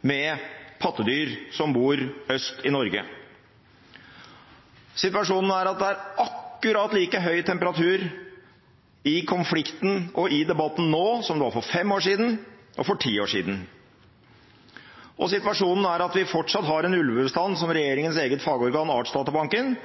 med pattedyr som bor øst i Norge. Situasjonen er at det er akkurat like høy temperatur i konflikten og i debatten nå som det var for fem år siden og for ti år siden. Og situasjonen er at vi fortsatt har en ulvebestand som regjeringens eget fagorgan Artsdatabanken